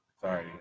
sorry